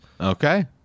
Okay